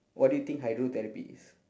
what do you think hydrotherapy is